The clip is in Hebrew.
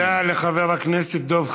תודה לחבר הכנסת דב חנין.